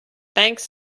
thanks